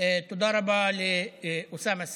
תודה רבה לאוסאמה סעדי,